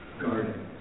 garden